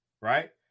right